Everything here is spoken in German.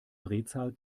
drehzahl